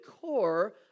core